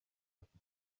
afite